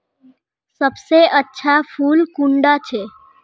सबसे अच्छा फुल कुंडा छै?